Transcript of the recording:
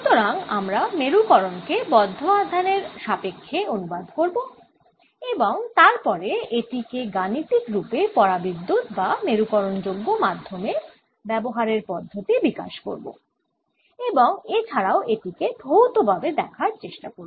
সুতরাং আমরা মেরুকরণকে বদ্ধ আধানের সাপেক্ষ্যে অনুবাদ করব এবং তারপরে এটিকে গাণিতিক রূপে পরাবিদ্যুত বা মেরুকরণ যোগ্য মাধ্যমে ব্যবহারের পদ্ধতি বিকাশ করব এবং এছাড়াও এটিকে ভৌতভাবে দেখার চেষ্টা করব